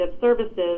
services